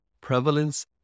Prevalence